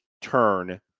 turn